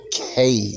okay